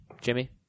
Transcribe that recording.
Jimmy